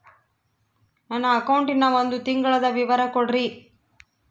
ನನ್ನ ಅಕೌಂಟಿನ ಒಂದು ತಿಂಗಳದ ವಿವರ ಕೊಡ್ರಿ?